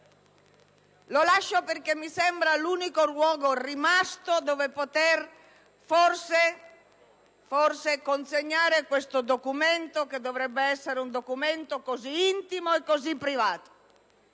Lo lascio perché mi sembra l'unico luogo rimasto in cui poter forse consegnare questo documento, che dovrebbe essere un documento così intimo e così privato.